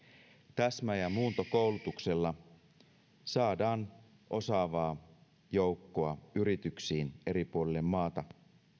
täsmä ja muuntokoulutuksella saadaan osaavaa joukkoa yrityksiin eri puolille maata